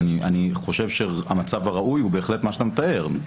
אני חושב שהמצב הראוי הוא בהחלט מה שאתה מתאר.